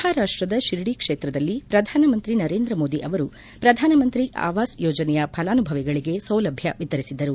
ಮಹಾರಾಷ್ಟದ ಶಿರಡಿ ಕ್ಷೇತ್ರದಲ್ಲಿ ಪ್ರಧಾನಮಂತ್ರಿ ನರೇಂದ್ರ ಮೋದಿ ಅವರು ಪ್ರಧಾನಮಂತ್ರಿ ಆವಾಸ್ ಯೋಜನೆಯ ಫಲಾನುಭವಿಗಳಿಗೆ ಸೌಲಭ್ಞ ವಿತರಿಸಿದರು